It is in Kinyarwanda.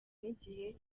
n’igihe